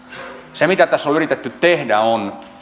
se mitä tässä on yritetty tehdä on